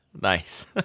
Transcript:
Nice